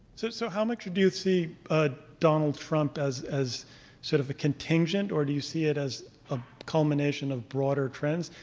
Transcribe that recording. so so how much do you see ah donald trump as as sort of a contingent, or do you see it as a culmination of broader trends?